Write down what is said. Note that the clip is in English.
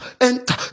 enter